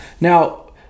Now